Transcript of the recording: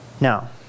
Now